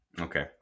Okay